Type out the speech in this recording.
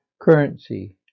Currency